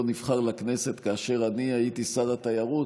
נבחר לכנסת כאשר אני הייתי שר התיירות,